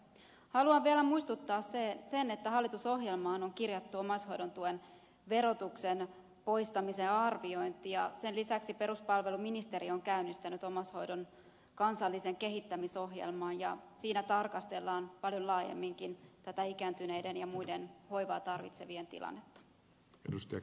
haluan vielä muistuttaa että hallitusohjelmaan on kirjattu omaishoidon tuen verotuksen poistamisen arviointi ja sen lisäksi peruspalveluministeri on käynnistänyt omaishoidon kansallisen kehittämisohjelman ja siinä tarkastellaan paljon laajemminkin tätä ikääntyneiden ja muiden hoivaa tarvitsevien tilannetta